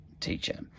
teacher